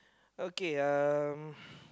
okay uh